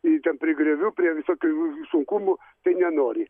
ten prie griovių prie visokių sunkumų tai nenori